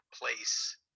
Place